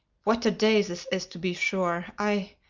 what a day this is, to be sure i